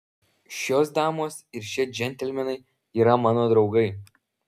šios damos ir šie džentelmenai yra mano draugai